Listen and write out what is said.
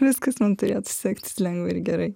viskas man turėtų sektis lengvai ir gerai